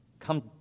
come